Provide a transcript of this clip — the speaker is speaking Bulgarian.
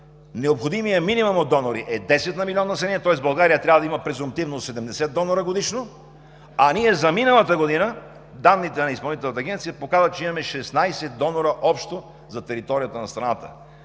Необходимият минимум от донори е десет на милион население, тоест България трябва да има презумптивно 70 донора годишно, а за миналата година данните на Изпълнителната агенция показват, че имаме 16 донора общо за територията на страната,